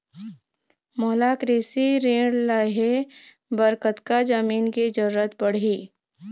मोला कृषि ऋण लहे बर कतका जमीन के जरूरत पड़ही?